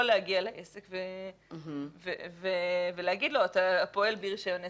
להגיע לעסק ולהגיד לו 'אתה פועל בלי רישיון עסק,